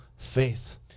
Faith